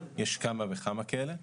יש כמה וכמה כאלה.